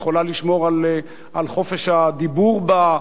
היא יכולה לשמור על חופש הדיבור בה,